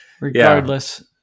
Regardless